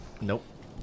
Nope